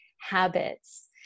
habits